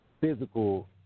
physical